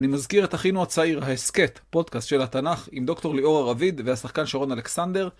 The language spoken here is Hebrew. אני מזכיר את אחינו הצעיר ההסכת, פודקאסט של התנ״ך, עם דוקטור ליאור ארביד והשחקן שרון אלכסנדר.